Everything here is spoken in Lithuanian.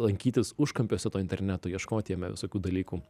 lankytis užkampiuose to interneto ieškoti jame visokių dalykų